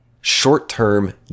short-term